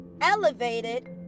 elevated